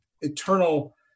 eternal